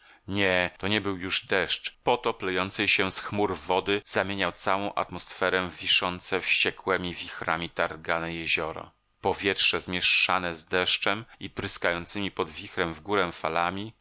nie to nie był już deszcz potop lejącej się z chmur wody zamienił całą atmosferę w wiszące wściekłemi wichrami targane jezioro powietrze zmieszane z deszczem i pryskającemi pod wichrem w górę falami